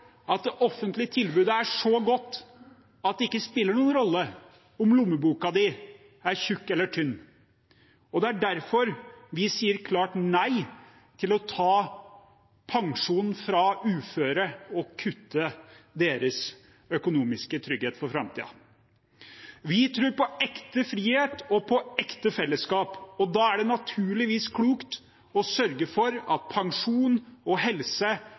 at det offentlige tilbudet er så godt at det ikke spiller noen rolle om lommeboka er tjukk eller tynn. Og det er derfor vi sier klart nei til å ta pensjonen fra uføre og kutte deres økonomiske trygghet for framtiden. Vi tror på ekte frihet og på ekte fellesskap, og da er det naturligvis klokt å sørge for at pensjon og helse